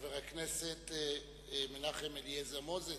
חבר הכנסת מנחם אליעזר מוזס,